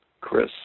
Chris